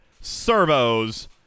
servos